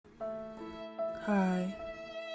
Hi